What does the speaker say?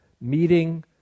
meeting